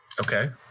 Okay